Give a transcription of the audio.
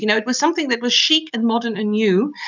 you know it was something that was chic and modern and new,